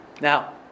Now